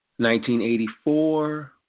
1984